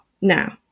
now